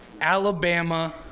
Alabama